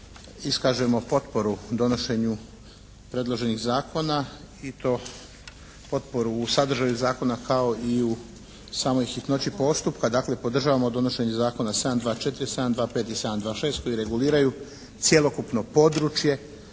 iskažemo potporu donošenju predloženih zakona i to potporu u sadržaju zakona kao i u samoj hitnoći postupka. Dakle, podržavamo donošenje zakona 724., 725. i 726. koji reguliraju cjelokupno područje,